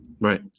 Right